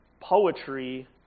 poetry